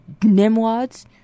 nimwads